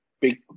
big